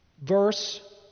verse